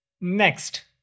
Next